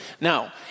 Now